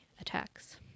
attacks